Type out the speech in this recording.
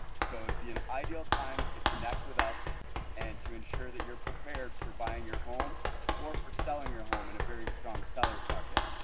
so it'd be an ideal time to connect with us and to ensure that you're prepared for buying your home or for selling your home in a very strong seller's market.